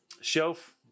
Shelf